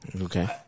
Okay